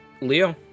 Leo